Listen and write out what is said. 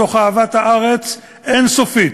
מתוך אהבת הארץ אין-סופית.